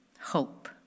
Hope